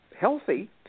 healthy